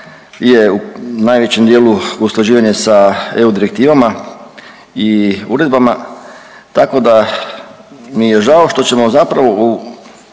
je u najvećem dijelu usklađivanje sa EU direktivama i uredbama, tako da mi je žao što ćemo zapravo